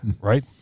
right